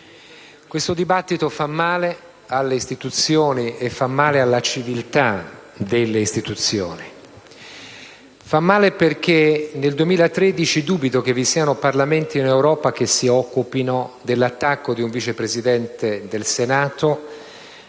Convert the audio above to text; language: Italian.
questo dibattito fa male alle istituzioni e alla civiltà delle istituzioni. Fa male perché nel 2013 dubito che vi siano Parlamenti in Europa che si occupino dell'attacco di un Vice Presidente del Senato